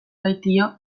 baitio